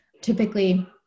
Typically